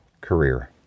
career